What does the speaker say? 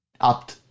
up